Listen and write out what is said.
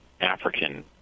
African